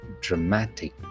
dramatic